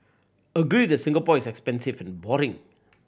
agree that Singapore is expensive and boring